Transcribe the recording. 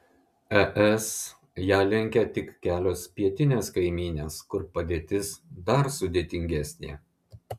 es ją lenkia tik kelios pietinės kaimynės kur padėtis dar sudėtingesnė